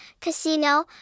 casino